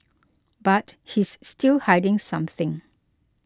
but he's still hiding something